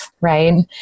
right